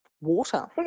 water